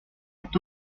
fut